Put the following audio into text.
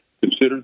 Consider